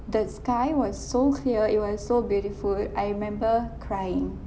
the sky was so clear it was so beautiful I remember crying